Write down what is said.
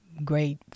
great